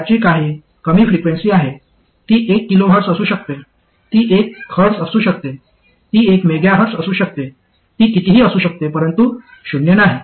याची काही कमी फ्रिक्वेन्सी आहे ती एक किलो हर्ट्ज असू शकते ती एक हर्ट्ज असू शकते ती एक मेगाहेर्ट्ज असू शकते ती कितीही असू शकते परंतु शून्य नाही